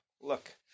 Look